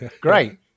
great